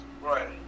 Right